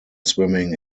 swimming